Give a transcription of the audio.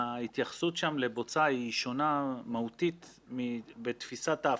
ההתייחסות שם לבוצה היא שונה מהותית בתפיסת ההפעלה.